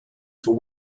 for